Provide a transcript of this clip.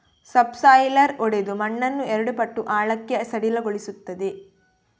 subsoiler ಒಡೆದು ಮಣ್ಣನ್ನು ಎರಡು ಪಟ್ಟು ಆಳಕ್ಕೆ ಸಡಿಲಗೊಳಿಸುತ್ತದೆ